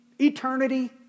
eternity